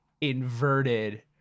inverted